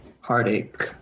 heartache